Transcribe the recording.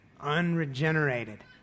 unregenerated